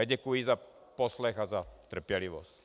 Děkuji za poslech a za trpělivost.